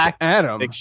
adam